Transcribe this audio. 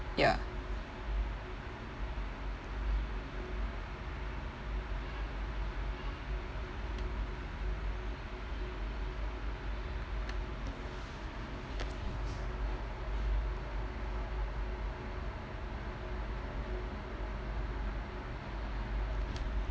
ya